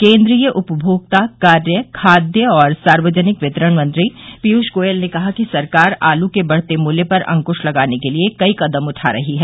केन्द्रीय उपभोक्ता कार्य खाद्य और सार्वजनिक वितरण मंत्री पीयूष गोयल ने कहा कि सरकार आलू के बढ़ते मूल्य पर अंकुश लगाने के लिए कई कदम उठा रही है